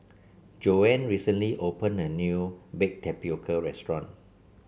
Joanne recently opened a new Baked Tapioca restaurant